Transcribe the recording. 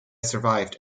survived